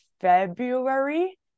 February